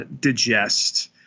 digest